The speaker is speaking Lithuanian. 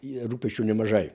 yra rūpesčių nemažai